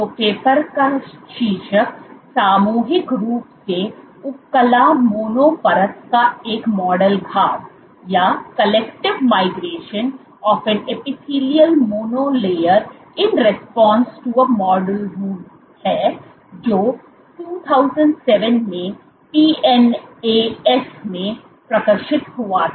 तो पेपर का शीर्षक सामूहिक रूप से उपकला मोनो परत का एक मॉडल घाव है जो 2007 में PNAS में प्रकाशित हुआ था